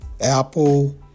Apple